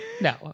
No